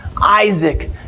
Isaac